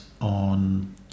on